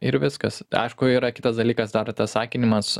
ir viskas aišku yra kitas dalykas dar tas akinimas